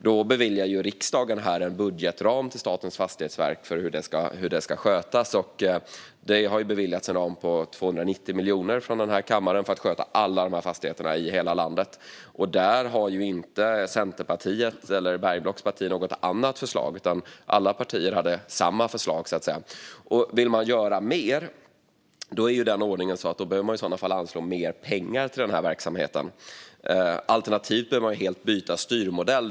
Då beviljar riksdagen en budgetram till Statens fastighetsverk för hur dessa ska skötas. Kammaren har beviljat en ram på 290 miljoner för att sköta alla dessa fastigheter i hela landet. Där hade Bergenblocks centerparti inte något annat förslag, utan alla partier hade samma förslag. Vill man göra mer är ordningen sådan att mer pengar måste anslås till verksamheten. Alternativt måste man helt byta styrmodell.